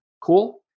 cool